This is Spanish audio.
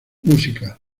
música